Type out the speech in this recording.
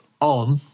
on